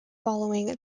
following